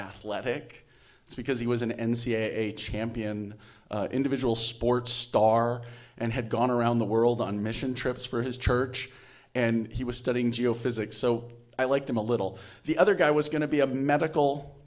athletic because he was an n c a a champion individual sports star and had gone around the world on mission trips for his church and he was studying geo physics so i liked him a little the other guy was going to be a medical